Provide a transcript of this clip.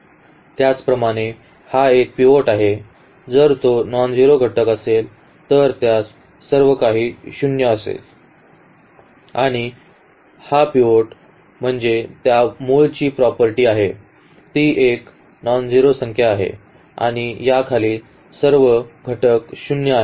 त्याचप्रमाणे हा एक पिव्होट आहे जर तो नॉनझेरो घटक असेल तर त्यास सर्व काही 0 आहे आणि तर हा पिव्होट म्हणजे त्या मूळची प्रॉपर्टी आहे ती एक नॉनझेरो संख्या आहे आणि या खाली असलेले सर्व घटक 0 आहेत